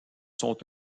sont